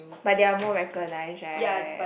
but they are more recognize right